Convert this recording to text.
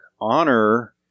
Honor